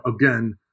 again